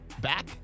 back